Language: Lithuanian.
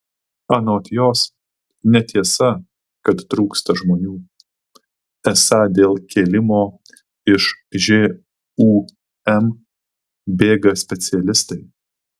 anot jos netiesa kad trūksta žmonių esą dėl kėlimo iš žūm bėga specialistai